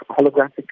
holographic